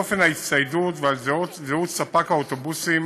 על אופן ההצטיידות ועל זהות ספק האוטובוסים.